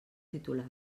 titular